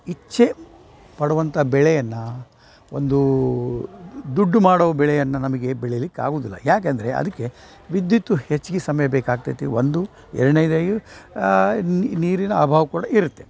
ಇಚ್ಛೆ ಪಡುವಂಥಾ ಬೆಳೆಯನ್ನ ಒಂದೂ ದುಡ್ಡು ಮಾಡೋ ಬೆಳೆಯನ್ನ ನಮಗೆ ಬೆಳಿಲಿಕ್ಕೆ ಆಗುದಿಲ್ಲ ಯಾಕಂದರೆ ಅದಕ್ಕೆ ವಿದ್ಯುತ್ತು ಹೆಚ್ಗಿ ಸಮಯ ಬೇಕಾಗ್ತೈತಿ ಒಂದು ಎರಡನೇದಾಗಿ ನೀರಿನ ಅಭಾವ ಕೂಡ ಇರುತ್ತೆ